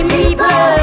people